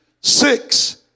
six